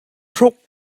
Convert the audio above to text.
hruk